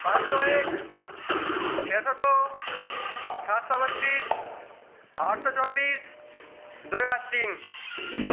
पाँच सौ एक छ सौ दो सात सौ बत्तीस आठ सौ चौंतीस दो हजार तीन